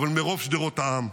אבל מרוב שדרות העם.